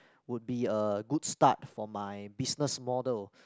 would be a good start for my business model